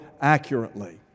accurately